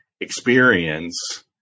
experience